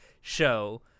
show